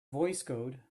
voicecode